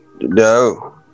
no